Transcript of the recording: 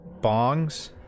bongs